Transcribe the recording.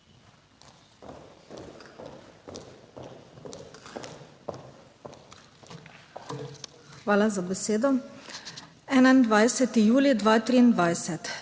Hvala za besedo. 21. julij 2023.